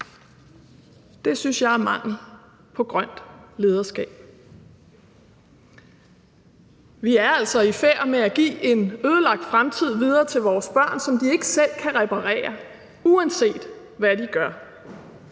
Det synes jeg er mangel på grønt lederskab. Vi er altså i færd med at give en ødelagt fremtid videre til vores børn, som de ikke selv kan reparere, uanset hvad de gør.